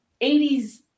80s